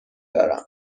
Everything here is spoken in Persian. دارم